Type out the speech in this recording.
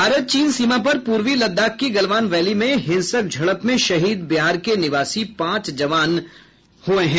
भारत चीन सीमा पर पूर्वी लद्दाख की गलवान वैली में हिंसक झड़प में शहीद बिहार के निवासी पांच जवान शहीद हुए हैं